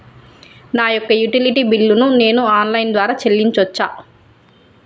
నా యొక్క utility bill ను నేను ఆన్ లైన్ ద్వారా చెల్లించొచ్చా?